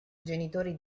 genitori